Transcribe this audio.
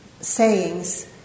sayings